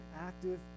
active